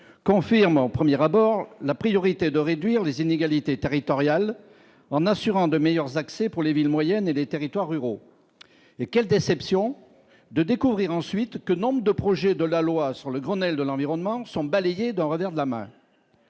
confirmant premières bord la priorité de réduire les inégalités territoriales en assurant de meilleures accès pour les villes moyennes et les territoires ruraux et quelle déception de découvrir ensuite que nombre de projets de la loi sur le Grenelle de l'environnement sont balayées d'un revers de la main.